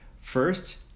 First